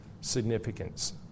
significance